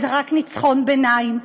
זה רק ניצחון ביניים.